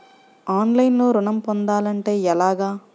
ఆన్లైన్లో ఋణం పొందాలంటే ఎలాగా?